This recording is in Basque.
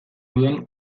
dudan